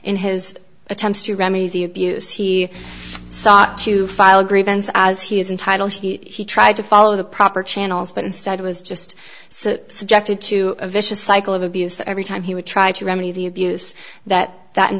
in his attempts to remedy the abuse he sought to file a grievance as he is entitled he tried to follow the proper channels but instead was just so subjected to a vicious cycle of abuse every time he would try to remedy the abuse that that in